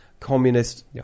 communist